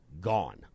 gone